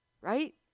right